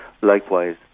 Likewise